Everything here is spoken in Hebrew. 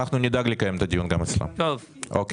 אנחנו